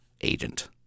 agent